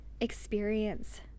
experience